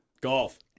golf